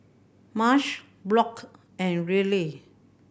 Marsh Brock and Riley